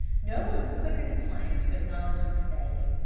no one was quicker than flame to acknowledge a mistake.